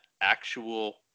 actual